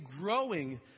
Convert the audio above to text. growing